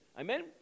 Amen